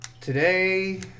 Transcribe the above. Today